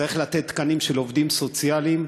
צריך לתת תקנים של עובדים סוציאליים,